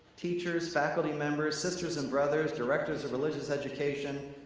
teachers, faculty members, sisters and brothers, directors of religious education,